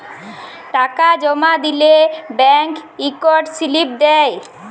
টাকা জমা দিলে ব্যাংক ইকট সিলিপ দেই